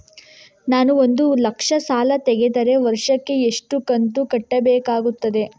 ನಾನು ಒಂದು ಲಕ್ಷ ಸಾಲ ತೆಗೆದರೆ ವರ್ಷಕ್ಕೆ ಎಷ್ಟು ಕಂತು ಕಟ್ಟಬೇಕಾಗುತ್ತದೆ?